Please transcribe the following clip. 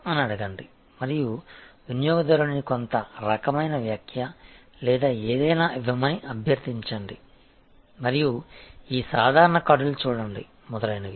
అని అడగండి మరియు వినియోగదారుడుని కొంత రకమైన వ్యాఖ్య లేదా ఏదైనా ఇవ్వమని అభ్యర్థించండి మరియు ఈ సాధారణ కార్డులు చూడండి మొదలైనవి